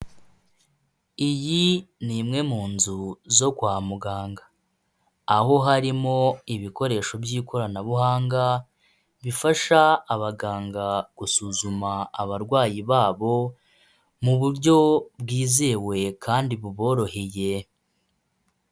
Iyi nimwe mu nzu zo kwa muganga aho harimo ibikoresho by'ikoranabuhanga bifasha abaganga gusuzuma abarwayi babo mu buryo bwizewe kandi buboroheye.